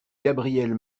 gabrielle